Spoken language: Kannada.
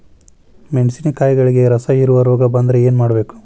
ಮೆಣಸಿನಕಾಯಿಗಳಿಗೆ ರಸಹೇರುವ ರೋಗ ಬಂದರೆ ಏನು ಮಾಡಬೇಕು?